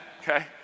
okay